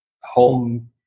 home